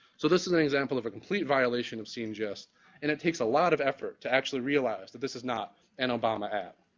so this is an example of a complete violation of scene gist and it takes a lot of effort to actually realize that this is not an obama ad.